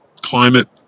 climate